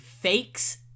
fakes